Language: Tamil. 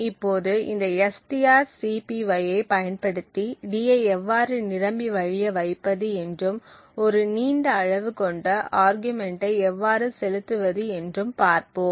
இப்போது இந்த strcpy ஐப் பயன்படுத்தி d ஐ எவ்வாறு நிரம்பி வழிய வைப்பது என்றும் ஒரு நீண்ட அளவு கொண்ட ஆர்கியூமென்ட்டை எவ்வாறு செலுத்துவது என்றும் பார்ப்போம்